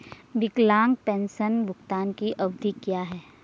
विकलांग पेंशन भुगतान की अवधि क्या है?